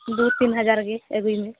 ᱫᱩ ᱛᱤᱱ ᱦᱟᱡᱟᱨ ᱜᱮ ᱟᱹᱜᱩᱭ ᱢᱮ